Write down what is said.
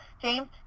James